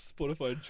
Spotify